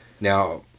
Now